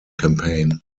campaign